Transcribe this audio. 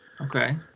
Okay